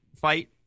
fight